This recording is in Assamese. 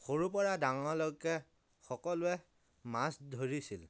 সৰুৰ পৰা ডাঙৰলৈকে সকলোৱে মাছ ধৰিছিল